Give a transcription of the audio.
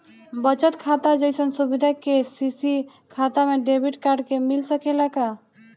बचत खाता जइसन सुविधा के.सी.सी खाता में डेबिट कार्ड के मिल सकेला का?